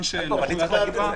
שאלה.